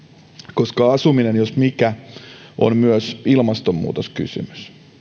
koska asuminen jos mikä on myös ilmastonmuutoskysymys